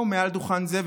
פה מעל דוכן זה,